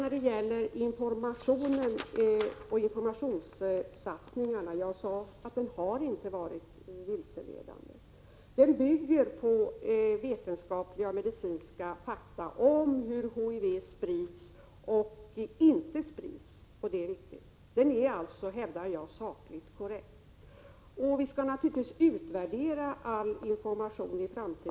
När det gäller informationen och informationssatsningarna sade jag att informationen inte har varit vilseledande. Den bygger på vetenskapliga och medicinska fakta om hur HIV sprids och inte sprids, och det är viktigt. Jag hävdar alltså att informationen är sakligt korrekt. All information skall naturligtvis utvärderas i framtiden.